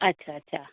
अच्छा अच्छा